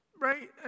right